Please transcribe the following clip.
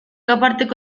aparteko